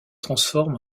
transforme